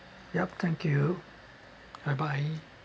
yup thank you bye bye